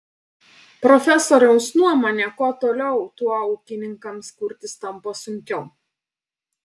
profesoriaus nuomone kuo toliau tuo ūkininkams kurtis tampa sunkiau